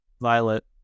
Violet